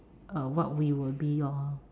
uh what we would be lor